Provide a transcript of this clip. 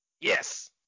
Yes